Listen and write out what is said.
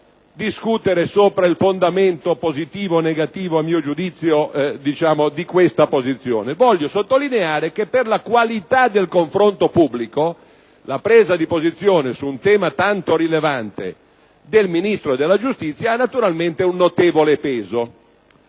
Non voglio adesso discutere sopra il fondamento positivo o negativo, a mio giudizio, di questa posizione. Voglio sottolineare che, per la qualità del confronto pubblico, la presa di posizione del Ministro della giustizia su un tema tanto rilevante ha naturalmente un notevole peso.